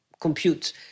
compute